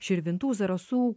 širvintų zarasų